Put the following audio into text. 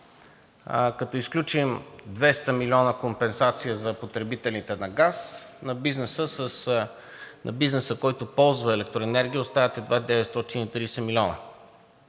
като изключим 200 млн. лв. компенсация за потребителите на газ, на бизнеса, който ползва електроенергия, остават едва 930 млн.